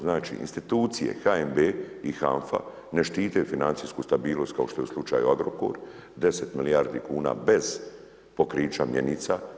Znači, institucije HNB-e i HANF-a ne štite financijsku stabilnost kao što je u slučaju Agrokor 10 milijardi kuna bez pokrića mjenica.